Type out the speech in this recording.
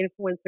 influencer